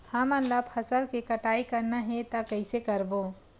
हमन ला फसल के कटाई करना हे त कइसे करबो?